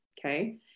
Okay